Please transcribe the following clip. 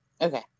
Okay